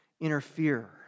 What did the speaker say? interfere